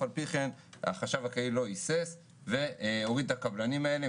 על פי כן החשב הכללי לא היסס והוריד את הקבלנים האלה,